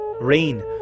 rain